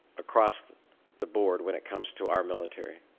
across the the board when it comes to our military.